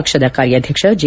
ಪಕ್ಷದ ಕಾರ್ಯಾಧ್ಯಕ್ಷ ಜೆ